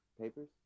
Papers